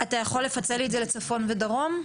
אתה יכול לפצל לי את זה לצפון ודרום?